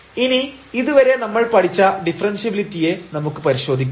ഇനി ഇതുവരെ നമ്മൾ പഠിച്ച ഡിഫറെൻഷ്യബിലിറ്റിയെ നമുക്ക് പരിശോധിക്കാം